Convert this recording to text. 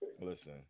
Listen